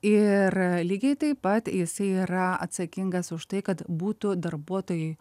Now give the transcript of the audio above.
ir lygiai taip pat jisai yra atsakingas už tai kad būtų darbuotojai